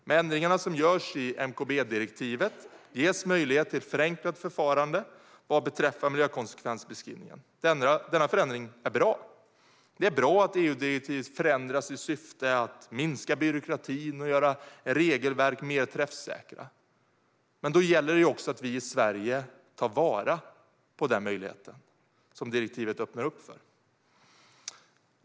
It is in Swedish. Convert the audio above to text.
Med ändringarna som görs i MKB-direktivet ges möjlighet till ett förenklat förfarande vad beträffar miljökonsekvensbeskrivningen. Denna förändring är bra. Det är bra att EU-direktiv förändras i syfte att minska byråkratin och göra regelverk mer träffsäkra, men då gäller det också att vi i Sverige tar vara på de möjligheter som direktivet öppnar upp för.